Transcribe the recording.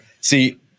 See